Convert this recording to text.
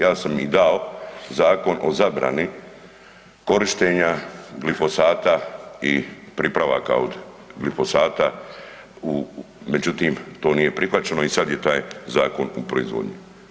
Ja sam i dao Zakon o zabrani korištenja glifosata i pripravaka od glifosata međutim to nije prihvaćeno i sad je taj zakon u proizvodnji.